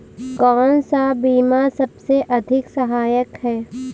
कौन सा बीमा सबसे अधिक सहायक है?